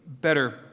better